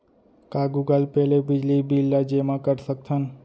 का Google Pay ले बिजली बिल ल जेमा कर सकथन?